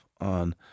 on